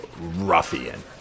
ruffian